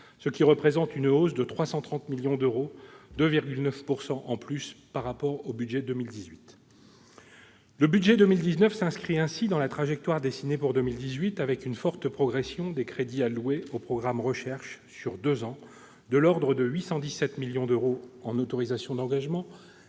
en 2019, soit une hausse de 330 millions d'euros- 2,9 % -par rapport au budget 2018. Le budget pour 2019 s'inscrit ainsi dans la trajectoire dessinée pour 2018, avec une forte progression des crédits alloués à ces programmes sur deux ans : de l'ordre de 817 millions d'euros en autorisations d'engagement